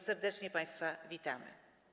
Serdecznie państwa witamy.